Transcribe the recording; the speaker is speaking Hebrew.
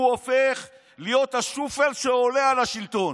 הוא הופך להיות השופל שעולה על השלטון.